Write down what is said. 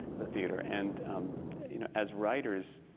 the theatre. and um you know, as writers,